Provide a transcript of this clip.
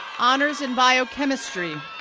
honors in biochemistry,